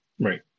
Right